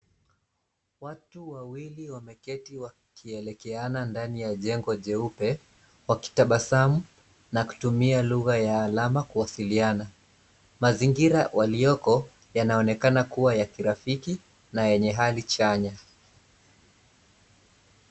Watu wawili wameketi wakielekeana ndani ya jengo jeupe wakitabasamu na kutumia lugha ya alama kuwasiliana. Mazingira walioko yanaonekana kuwa ya kirafiki na yenye hali chanya.